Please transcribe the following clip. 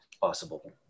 possible